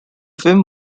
film